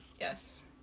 Yes